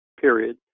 period